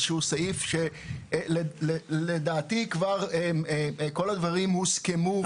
שהוא סעיף שלדעתי כבר כל הדברים הוסכמו.